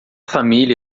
família